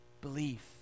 belief